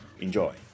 enjoy